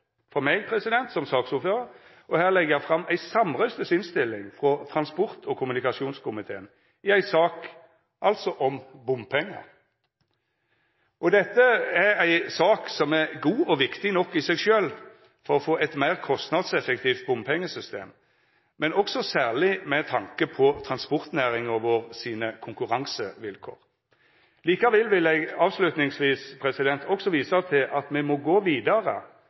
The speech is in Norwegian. for meg som saksordførar – å leggja fram ei samrøystes innstilling frå transport- og kommunikasjonskomiteen i ei sak om bompengar. Dette er ei sak som er god og viktig nok i seg sjølv for å få eit meir kostnadseffektivt bompengesystem, men også særleg med tanke på transportnæringa sine konkurransevilkår. Likevel vil eg avslutningsvis også visa til at me må gå vidare